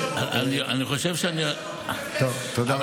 אבל לאנשים האלה אין אפשרות לפנות, תודה רבה.